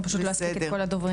אני פשוט לא אספיק את כל הדוברים.